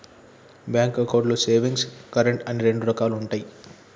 bank అకౌంట్లు savings, current అని రెండు రకాలుగా ఉంటయి